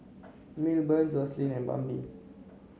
Milburn Joslyn and Bambi